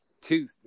two